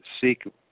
seek